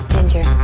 Ginger